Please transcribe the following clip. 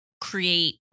create